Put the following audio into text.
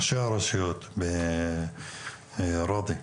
ראשי הרשויות, ראדי,